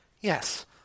yes